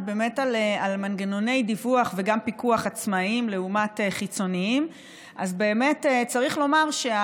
מהיישוב בורקה: "מתנחלים חמושים מסתובבים יום-יום סמוך לבית ובאדמות של